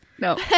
No